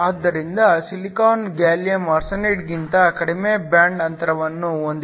ಆದ್ದರಿಂದ silicon gallium arsenide ಗಿಂತ ಕಡಿಮೆ ಬ್ಯಾಂಡ್ ಅಂತರವನ್ನು ಹೊಂದಿದೆ